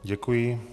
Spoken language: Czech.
Děkuji.